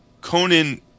Conan